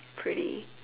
pretty